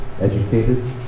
educated